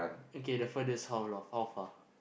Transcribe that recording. okay the furthest how long how far